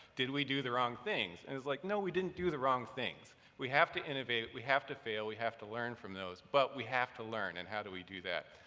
did we do the wrong things? and it's like, no, we didn't do the wrong things. we have to innovate, we have to fail, we have to learn from those, but we have to learn, and how do we do that?